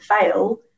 fail